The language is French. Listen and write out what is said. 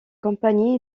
compagnie